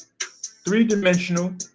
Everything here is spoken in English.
three-dimensional